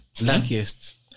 Luckiest